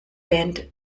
band